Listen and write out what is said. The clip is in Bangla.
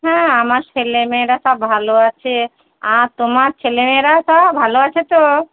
হ্যাঁ আমার ছেলে মেয়েরা সব ভালো আছে আর তোমার ছেলে মেয়েরাও সব ভালো আছে তো